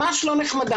ממש לא נחמדה.